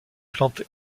plantes